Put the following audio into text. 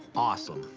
awesome.